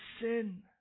sin